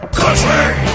country